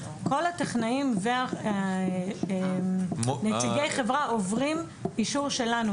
כל הטכנאים ונציגי חברה עוברים אישור שלנו.